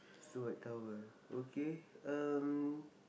so white towel okay um